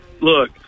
look